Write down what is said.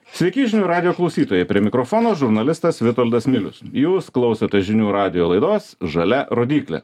sveiki žinių radijo klausytojai prie mikrofono žurnalistas vitoldas milius jūs klausotės žinių radijo laidos žalia rodyklė